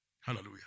Hallelujah